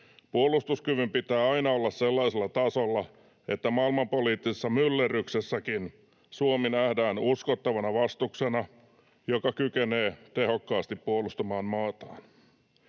Puolustuskyvyn pitää aina olla sellaisella tasolla, että maailmanpoliittisessa myllerryksessäkin Suomi nähdään uskottavana vastuksena, joka kykenee tehokkaasti puolustamaan maataan.